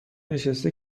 نشسته